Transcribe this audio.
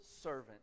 servant